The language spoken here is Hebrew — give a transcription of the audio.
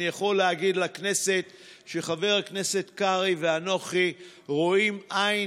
ואני יכול להגיד לכנסת שחבר כנסת קרעי ואנוכי רואים עין